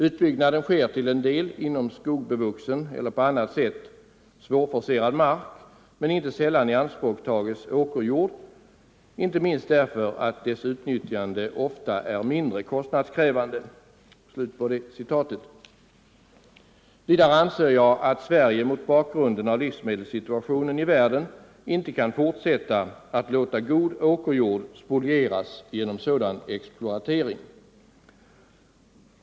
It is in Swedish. Utbyggnaden sker till en del inom skogbevuxen eller på annat sätt svårforcerad mark men inte sällan ianspråktages åkerjord — inte minst därför att dess utnyttjande ofta är mindre kostnadskrävande.” Vidare underströk jag att Sverige mot bakgrunden av livsmedelssituationen i världen inte kan fortsätta att låta god åkerjord spolieras genom sådan exploatering.